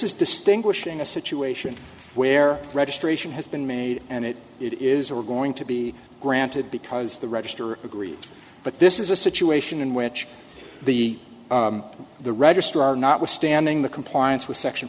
is distinguishing a situation where registration has been made and it it is are going to be granted because the register agreed but this is a situation in which the the registrar not withstanding the compliance with section